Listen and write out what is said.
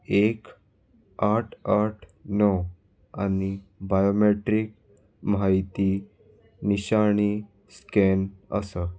एक आठ आठ णव आनी बायोमॅट्रीक म्हायती निशाणी स्कॅन आसा